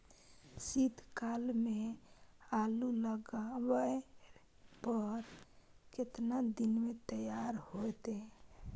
शीत काल में आलू लगाबय पर केतना दीन में तैयार होतै?